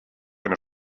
eine